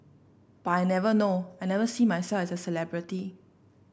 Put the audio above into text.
but I never know I never see myself as a celebrity